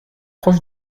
proche